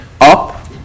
up